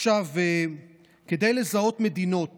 כדי לזהות מדינות